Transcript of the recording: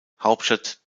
hauptstadt